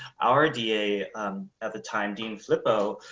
our da at the time, dean flip. oh,